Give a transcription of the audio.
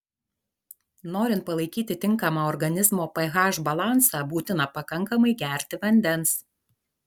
norint palaikyti tinkamą organizmo ph balansą būtina pakankamai gerti vandens